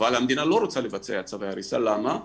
אבל שהמדינה לא רוצה לבצע צווי הריסה, למה?